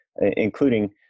including